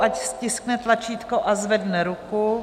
Ať stiskne tlačítko, zvedne ruku.